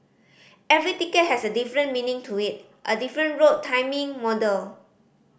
every ticket has a different meaning to it a different route timing model